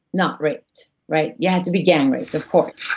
not raped, right? you had to be gang raped, of course.